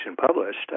published